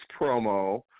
promo